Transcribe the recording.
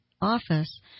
office